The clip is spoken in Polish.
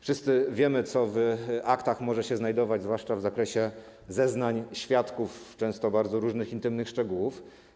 Wszyscy wiemy, co w aktach może się znajdować, zwłaszcza w zakresie zeznań świadków - często bardzo różne intymne szczegóły.